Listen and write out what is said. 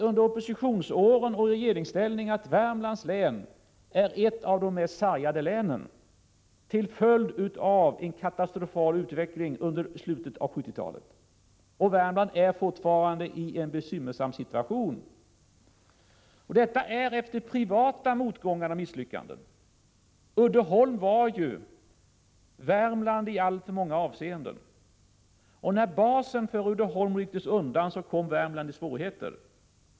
Under oppositionsåren och i regeringsställning har jag sagt att Värmlands län är ett av de mest sargade länen, till följd av en katastrofal utveckling under slutet av 1970-talet, och Värmland är fortfarande i en bekymmersam situation. Detta är en följd av privata motgångar och misslyckanden. Uddeholm var ju Värmland i alltför många avseenden. När basen för Uddeholm rycktes undan kom Värmland i svårigheter.